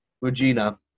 Regina